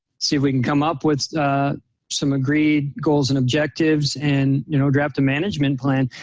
see if we can come up with some agreed goals and objectives and you know draft a management plan.